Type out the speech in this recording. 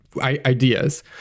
ideas